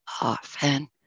often